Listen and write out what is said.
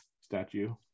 statue